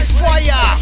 fire